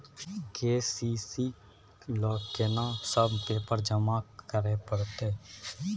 KCC ल केना सब पेपर जमा करै परतै?